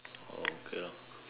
oh okay lah